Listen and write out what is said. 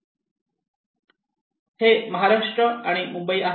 हे महाराष्ट्र आहे आणि हे मुंबई आहे